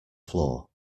floor